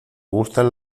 gustan